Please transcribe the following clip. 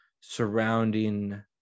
surrounding